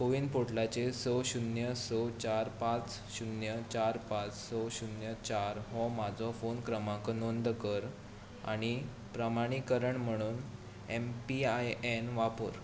कोवीन पोर्टलाचेर स शुन्य स चार पांच शुन्य चार पांच स शुन्य चार हो म्हाजो फोन क्रमांक नोंद कर आणी प्रमाणीकरण म्हुणून एम पी आय एन वापर